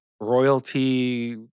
royalty